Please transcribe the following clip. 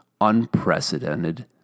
unprecedented